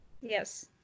Yes